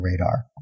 radar